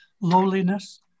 lowliness